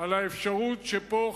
על האפשרות שפה,